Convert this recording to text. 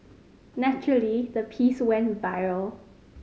naturally the piece went viral